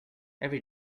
every